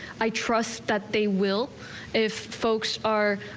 i trust that they will if folks are.